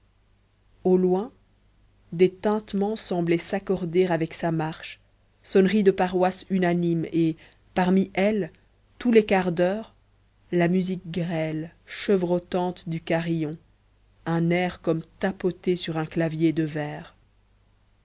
au loin des tintements semblaient s'accorder avec sa marche sonneries de paroisse unanimes et parmi elles tous les quarts d'heure la musique grêle chevrotante du carillon un air comme tapoté sur un clavier de verre